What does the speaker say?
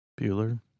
Bueller